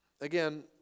Again